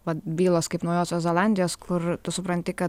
vat bylos kaip naujosios zelandijos kur tu supranti kad